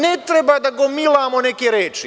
Ne treba da gomilamo neke reči.